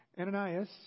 Ananias